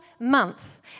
months